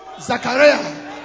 Zachariah